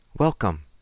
Welcome